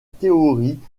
théorie